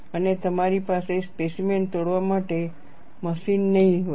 અને તમારી પાસે સ્પેસીમેન તોડવા માટે મશીન નહીં હોય